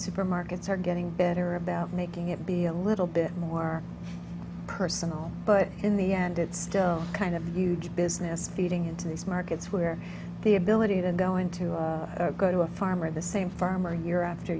supermarkets are getting better about making it be a little bit more personal but in the end it's still kind of huge business feeding into these markets where the ability then going to go to a farmer the same farmer year after